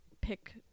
pick